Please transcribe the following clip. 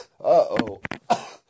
Uh-oh